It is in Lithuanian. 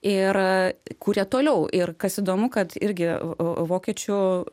ir kūrė toliau ir kas įdomu kad irgi vokiečių